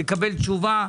לקבל תשובה,